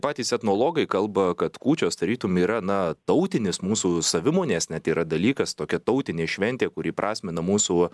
patys etnologai kalba kad kūčios tarytum yra na tautinis mūsų savimonės net yra dalykas tokia tautinė šventė kuri įprasmina mūsų